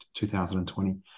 2020